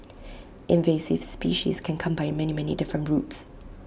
invasive species can come by many many different routes